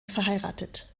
verheiratet